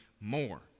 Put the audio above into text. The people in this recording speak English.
more